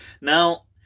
Now